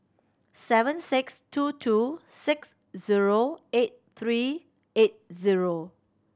seven six two two six zero eight three eight zero